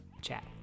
chat